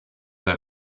that